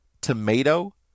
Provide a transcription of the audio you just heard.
tomato